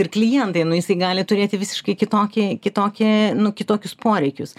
ir klientai nu jisai gali turėti visiškai kitokį kitokį nu kitokius poreikius